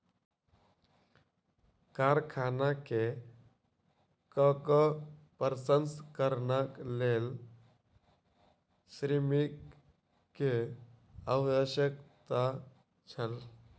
कारखाना में कोको प्रसंस्करणक लेल श्रमिक के आवश्यकता छल